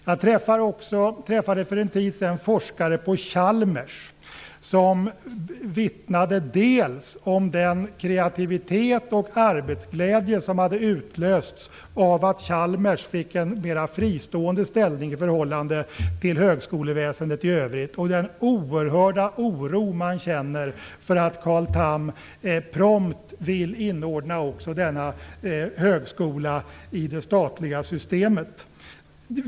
Jag träffade för en tid sedan forskare på Chalmers som vittnade dels om den kreativitet och arbetsglädje som hade utlösts av att Chalmers fick en mer fristående ställning i förhållande till högskoleväsendet i övrigt, dels om den oerhörda man känner för att Carl Tham prompt vill inordna också denna högskola i det statliga systemet.